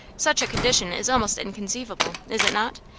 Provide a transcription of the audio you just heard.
such a condition is almost inconceivable, is it not?